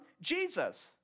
Jesus